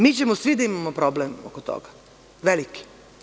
Mi ćemo svi da imamo problem oko toga, veliki.